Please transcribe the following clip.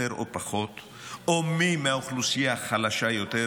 או פחות או מי האוכלוסייה החלשה יותר,